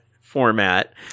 format